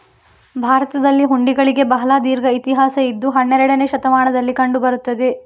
ಭಾರತದಲ್ಲಿ ಹುಂಡಿಗಳಿಗೆ ಬಹಳ ದೀರ್ಘ ಇತಿಹಾಸ ಇದ್ದು ಹನ್ನೆರಡನೇ ಶತಮಾನದಲ್ಲಿ ಕಂಡು ಬರುತ್ತದೆ